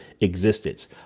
existence